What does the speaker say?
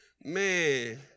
Man